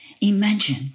imagine